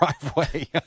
driveway